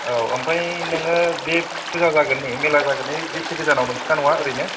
औ आमफ्राय नोङो बे फुजा जागोननि मेला जागोननि बिसि गोजानाव नोंसिना न'आ ओरैनो